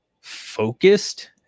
focused